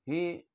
हे